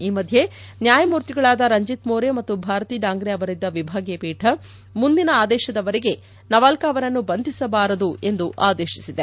ಈ ಮಧ್ಯೆ ನ್ವಾಯಮೂರ್ತಿಗಳಾದ ರಂಜಿತ್ ಮೋರೆ ಮತ್ತು ಭಾರತಿ ಡಾಂಗ್ರೆ ಅವರಿದ್ದ ವಿಭಾಗೀಯ ಪೀಠ ಮುಂದಿನ ಆದೇಶದ ವರೆಗೆ ನವಾಲ್ಡಾ ಅವರನ್ನು ಬಂಧಿಸಬಾರದು ಎಂದು ಆದೇಶಿಸಿದೆ